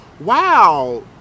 wow